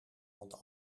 want